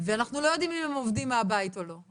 ואנחנו לא יודעים אם הם עובדים מהבית או לא,